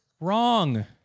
Wrong